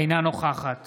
אינה נוכחת